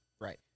Right